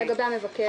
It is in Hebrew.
לגבי המבקר?